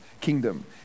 kingdom